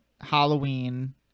Halloween